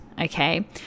okay